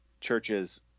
churches